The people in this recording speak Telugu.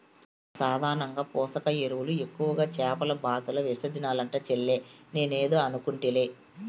సాధారణంగా పోషక ఎరువులు ఎక్కువగా చేపల బాతుల విసర్జనలంట చెల్లే నేనేదో అనుకుంటిలే